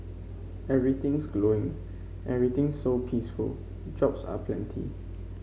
everything's glowing everything's so peaceful jobs are plenty